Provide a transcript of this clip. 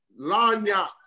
Lanya